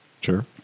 Sure